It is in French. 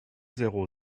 zéro